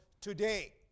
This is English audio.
today